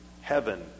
Heaven